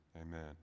amen